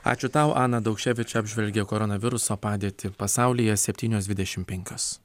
ačiū tau ana daukševič apžvelgė koronaviruso padėtį pasaulyje septynios dvidešim penkios